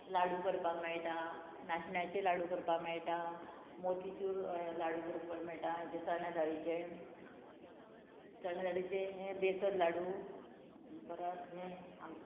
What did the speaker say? लाडू करपाक मेळटा नाशण्याचे लाडू करपाक मेळटा मोतीच्युर लाडू करपाक मेळटा हेचे चण्या दाळीचे चण्या दाळीचे हे बेसन लाडू परत हे